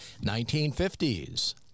1950s